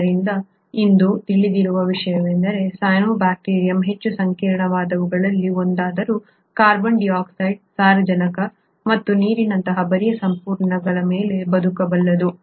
ಆದ್ದರಿಂದ ಇಂದು ತಿಳಿದಿರುವ ವಿಷಯವೆಂದರೆ ಸೈನೋಬ್ಯಾಕ್ಟೀರಿಯಂ ಹೆಚ್ಚು ಸಂಕೀರ್ಣವಾದವುಗಳಲ್ಲಿ ಒಂದಾದರೂ ಕಾರ್ಬನ್ ಡೈಆಕ್ಸೈಡ್ ಸಾರಜನಕ ಮತ್ತು ನೀರಿನಂತಹ ಬರಿಯ ಸಂಪನ್ಮೂಲಗಳ ಮೇಲೆ ಬದುಕಬಲ್ಲದು